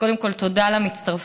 אז קודם כול, תודה למצטרפים.